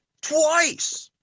twice